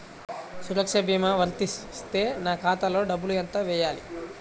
సురక్ష భీమా వర్తిస్తే నా ఖాతాలో డబ్బులు ఎంత వేయాలి?